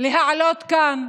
להעלות כאן